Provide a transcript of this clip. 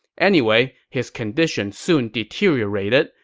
anyway, his condition soon deteriorated,